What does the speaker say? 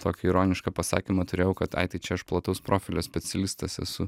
tokį įronišką pasakymą turėjau kad ai tai čia aš plataus profilio specialistas esu